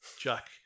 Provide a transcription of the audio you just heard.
Jack